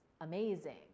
amazing